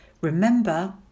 Remember